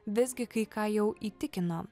visgi kai ką jau įtikino